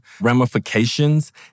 ramifications